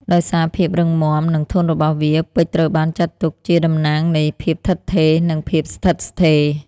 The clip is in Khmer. ដោយសារភាពរឹងមាំ និងធន់របស់វា ពេជ្រត្រូវបានចាត់ទុកជាតំណាងនៃភាពឋិតថេរ និងភាពស្ថិតស្ថេរ។